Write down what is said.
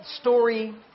story